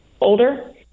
older